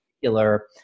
particular